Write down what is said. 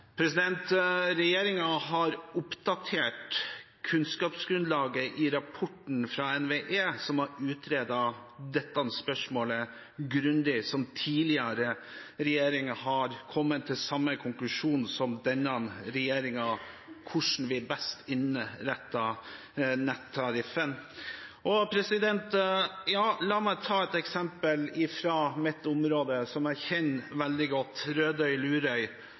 har oppdatert kunnskapsgrunnlaget i rapporten fra NVE, som har utredet dette spørsmålet grundig, og tidligere regjeringer har kommet til samme konklusjon som denne regjeringen med hensyn til hvordan vi best innretter nettariffen. La meg ta et eksempel fra mitt område, som jeg kjenner veldig godt: